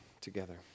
together